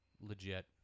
Legit